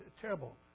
terrible